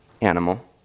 animal